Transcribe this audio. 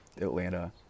Atlanta